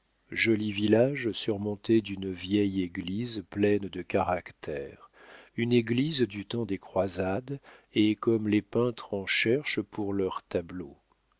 joli village surmonté d'une vieille église pleine de caractère une église du temps des croisades et comme les peintres en cherchent pour leurs tableaux